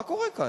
מה קורה כאן?